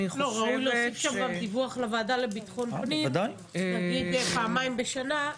ראוי גם להוסיף שם דיווח לוועדת לביטחון פנים פעמיים בשנה.